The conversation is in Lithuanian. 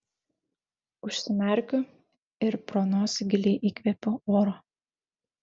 užsimerkiu ir pro nosį giliai įkvėpiu oro